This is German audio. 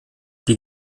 die